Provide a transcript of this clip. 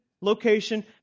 location